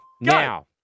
now